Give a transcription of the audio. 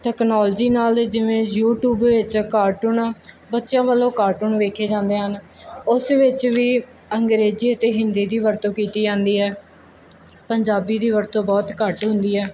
technology ਨਾਲ ਜਿਵੇਂ YouTube ਵਿੱਚ ਕਾਰਟੂਨ ਬੱਚਿਆਂ ਵੱਲੋਂ ਕਾਰਟੂਨ ਵੇਖੇ ਜਾਂਦੇ ਹਨ ਉਸ ਵਿੱਚ ਵੀ ਅੰਗਰੇਜ਼ੀ ਅਤੇ ਹਿੰਦੀ ਦੀ ਵਰਤੋਂ ਕੀਤੀ ਜਾਂਦੀ ਹੈ ਪੰਜਾਬੀ ਦੀ ਵਰਤੋਂ ਬਹੁਤ ਘੱਟ ਹੁੰਦੀ ਹੈ